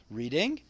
reading